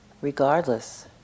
regardless